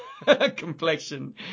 complexion